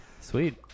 Sweet